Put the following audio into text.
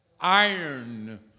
Iron